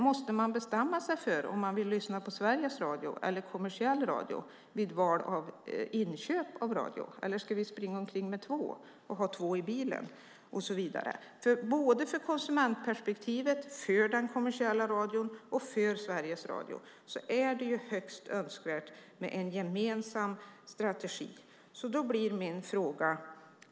Måste man bestämma om man vill lyssna på Sveriges Radio eller på kommersiell radio vid inköp av radioapparat? Ska vi ha två radioapparater hemma och två i bilen? För konsumenterna, för den kommersiella radion och för Sveriges Radio är det önskvärt med en gemensam strategi.